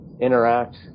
interact